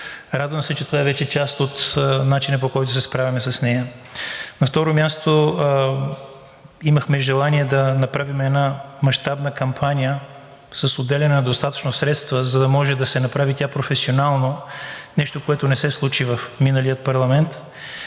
Радвам се, че това е вече част от начина, по който се справяме с нея. На второ място, имахме желание да направим една мащабна кампания с отделяне на достатъчно средства, за да може да се направи тя професионално, нещо, което не с случи в миналия парламент,